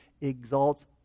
exalts